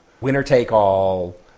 winner-take-all